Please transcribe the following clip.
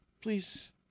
please